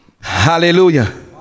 Hallelujah